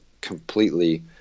completely